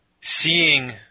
seeing